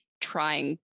trying